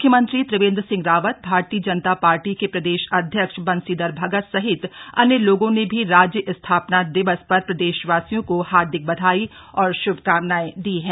मुख्यमंत्री त्रिवेन्द्र सिंह रावत भारतीय जनता पार्टी के प्रदेश अध्यक्ष बंशीधर भगत सहित अन्य लोगों ने भी राज्य स्थापना दिवस पर प्रदेशवासियों को हार्दिक बधाई और शुभकामनाएं दी है